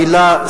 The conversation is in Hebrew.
מלה,